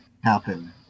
happen